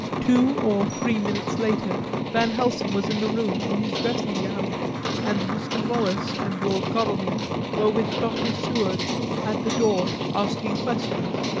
two or three minutes later van helsing was in the room in his dressing-gown, and mr. morris and lord godalming were with dr. seward at the door asking questions.